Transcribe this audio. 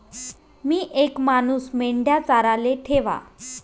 मी येक मानूस मेंढया चाराले ठेवा